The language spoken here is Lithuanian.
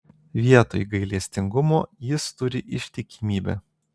vietoj gailestingumo jis turi ištikimybę